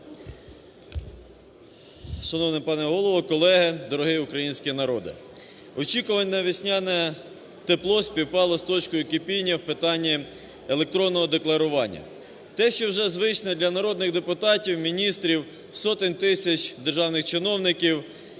Шановний пане Голово, колеги, дорогий український народе! Очікуване весняне тепло співпало з точкою кипіння в питанні електронного декларування. Те, що вже звично для народних депутатів, міністрів, сотень, тисяч державних чиновників